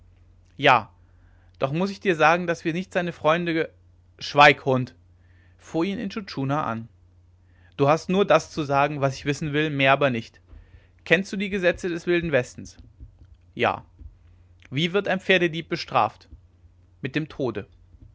ja doch muß ich dir sagen daß wir nicht seine freunde ge schweig hund fuhr ihn intschu tschuna an du hast nur das zu sagen was ich wissen will mehr aber nicht kennst du die gesetze des wilden westens ja wie wird ein pferdedieb bestraft mit dem tode